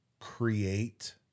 create